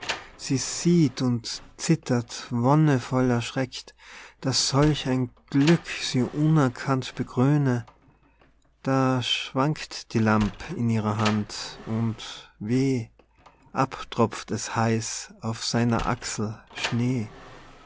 sie sieht und zittert wonnevoll erschreckt daß solch ein glück sie unerkannt bekröne da schwankt die lamp in ihrer hand und weh abtropft es heiß auf seiner achsel schnee